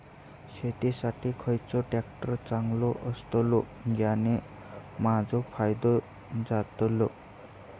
शेती साठी खयचो ट्रॅक्टर चांगलो अस्तलो ज्याने माजो फायदो जातलो?